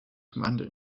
commander